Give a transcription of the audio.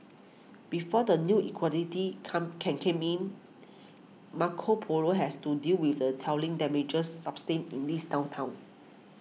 before the new equality come can come in Marco Polo has to deal with the telling damages sustained in this downturn